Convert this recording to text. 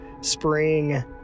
spring